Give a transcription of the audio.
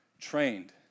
trained